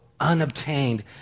unobtained